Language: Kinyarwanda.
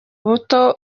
buto